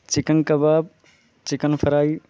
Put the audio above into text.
chicken kebab chicken fry